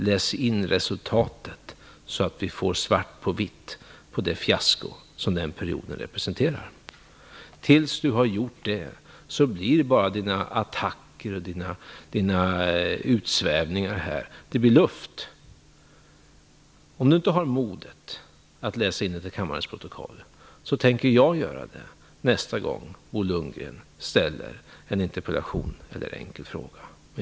Läs in resultatet så att vi får svart på vitt på det fiasko som den perioden representerar. Innan Bo Lundgren har gjort det blir hans attacker och utsvävningar bara till luft. Om Bo Lundgren inte har modet att läsa det här till kammarens protokoll tänker jag göra det nästa gång han framställer en interpellation eller en enkel fråga.